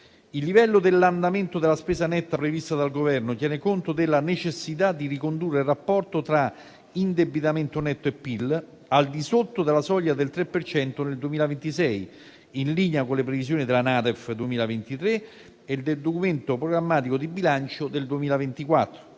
Il livello dell'andamento della spesa netta prevista dal Governo tiene conto della necessità di ricondurre il rapporto tra indebitamento netto e PIL al di sotto della soglia del 3 per cento nel 2026, in linea con le previsioni della NADEF 2023 e del Documento programmatico di bilancio del 2024.